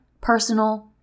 personal